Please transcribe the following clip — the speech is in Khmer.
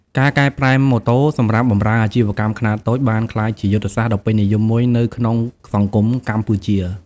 ការកែប្រែម៉ូតូសម្រាប់បម្រើអាជីវកម្មខ្នាតតូចបានក្លាយជាយុទ្ធសាស្ត្រដ៏ពេញនិយមមួយនៅក្នុងសង្គមកម្ពុជា។